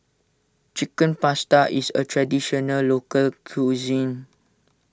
Chicken Pasta is a Traditional Local Cuisine